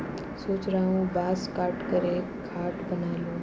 सोच रहा हूं बांस काटकर एक खाट बना लूं